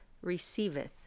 receiveth